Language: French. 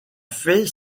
fait